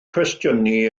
cwestiynu